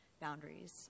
boundaries